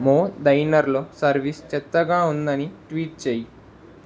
మో డైనర్లో సర్వీస్ చెత్తగా ఉందని ట్వీట్ చేయి